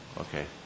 Okay